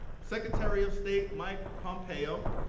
secretary of state mike pompeo,